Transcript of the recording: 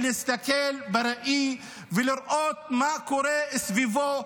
להסתכל בראי ולראות מה קורה סביבו,